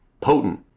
potent